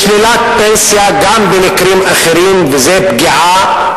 לשלילת פנסיה גם במקרים אחרים, וזה פגיעה.